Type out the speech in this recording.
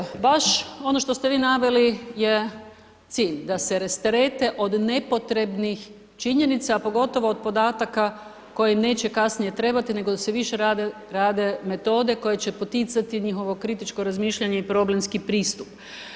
Već kad baš ono što ste vi naveli je cilj da se rasterete od nepotrebnih činjenica, a pogotovo od podataka koji im kasnije neće trebati, nego da se više rade metode koje će poticati njihovo kritičko razmišljanje i problemski pristup.